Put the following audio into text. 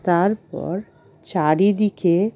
তারপর চারিদিকে